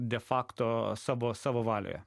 de fakto savo savo valioje